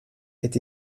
est